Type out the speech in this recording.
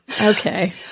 Okay